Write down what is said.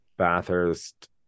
bathurst